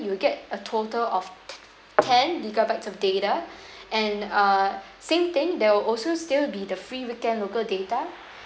you will get a total of ten gigabytes of data and uh same thing there will also still be the free weekend local data